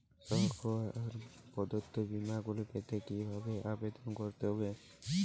সরকার প্রদত্ত বিমা গুলি পেতে কিভাবে আবেদন করতে হবে?